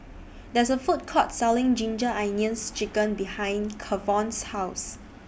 There IS A Food Court Selling Ginger Onions Chicken behind Kavon's House